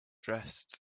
dressed